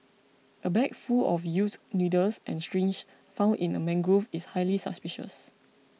a bag full of used needles and syringes found in a mangrove is highly suspicious